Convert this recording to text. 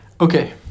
Okay